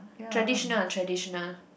traditional traditional